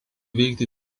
veikti